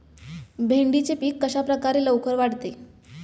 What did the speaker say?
भेंडीचे पीक कशाप्रकारे लवकर वाढते?